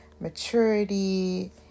maturity